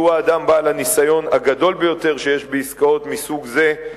שהוא האדם בעל הניסיון הגדול ביותר שיש בעסקאות מסוג זה.